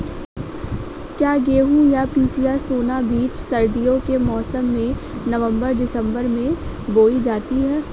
क्या गेहूँ या पिसिया सोना बीज सर्दियों के मौसम में नवम्बर दिसम्बर में बोई जाती है?